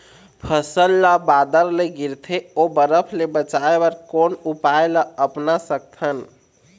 फसल ला बादर ले गिरथे ओ बरफ ले बचाए बर कोन उपाय ला अपना सकथन?